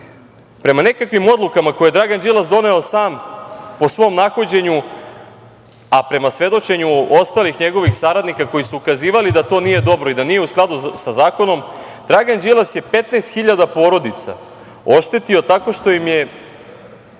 Prema nekakvim odlukama koje je Dragan Đilas doneo sam po svom nahođenju, a prema svedočenju ostalih njegovih saradnika koji su ukazivali da to nije dobro i da nije u skladu sa zakonom, Dragan Đilas je 15.000 porodica oštetio tako što im je